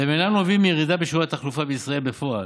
והם אינם נובעים מירידה בשיעורי התחלופה בישראל בפועל,